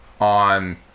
on